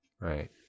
Right